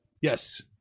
Yes